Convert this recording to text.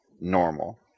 normal